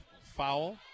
foul